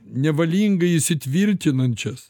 nevalingai įsitvirtinančias